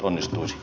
kiitos